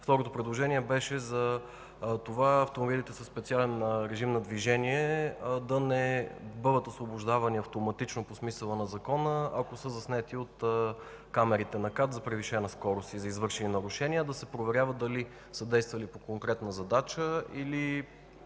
Второто предложение беше автомобилите със специален режим на движение да не бъдат освобождавани автоматично по смисъла на Закона, ако са заснети от камерите на КАТ за превишена скорост или извършени нарушения, а да се проверява дали са действали по конкретна задача, или